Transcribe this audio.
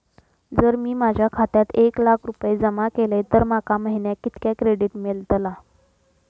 जर मी माझ्या खात्यात एक लाख रुपये जमा केलय तर माका महिन्याक कितक्या क्रेडिट मेलतला?